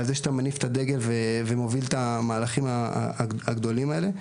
על זה שאתה מניף את הדגל ומוביל את המהלכים הגדולים האלה,